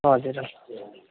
हजुर अँ